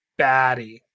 baddie